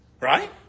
right